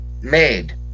Made